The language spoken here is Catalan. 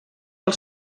del